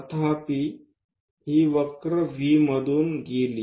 तथापि ही वक्र V मधून गेली